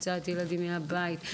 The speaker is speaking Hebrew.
הוצאת ילדים מהבית,